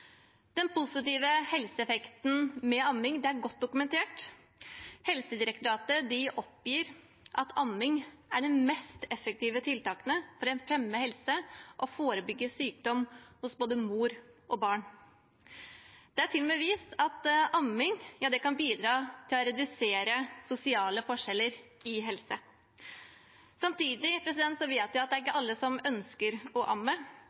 Den positive helseeffekten av amming er godt dokumentert. Helsedirektoratet oppgir at amming er et av de mest effektive tiltakene for å fremme helse og forebygge sykdom hos både mor og barn. Det er til og med vist at amming kan bidra til å redusere sosiale forskjeller i helse. Samtidig vet vi at det ikke er alle som ønsker å amme,